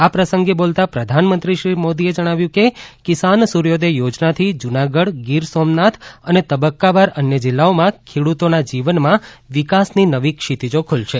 આ પ્રસંગે બોલતાં પ્રધાનમંત્રી શ્રી મોદીએ જણાવ્યું હતું કે કિસાન સુર્યોદય યોજનાથી જુનાગઢ ગીર સોમનાથ અને તબકકાવાર અન્ય જીલ્લાઓમાં ખેડુતોના જીવનમાં વિકાસની નવી ક્ષિતિજો ખુલશે